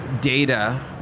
data